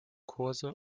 kurse